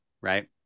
right